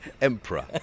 emperor